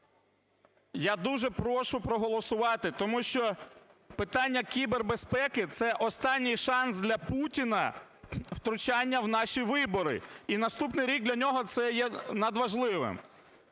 Я дуже прошу проголосувати, тому що питання кібербезпеки – це останні шанс для Путіна втручання в наші вибори. І наступний рік для нього це є надважливим.